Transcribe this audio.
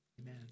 amen